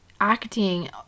acting